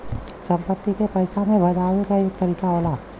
संपत्ति के पइसा मे भजावे क एक तरीका होला